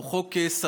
הוא חוק סביר.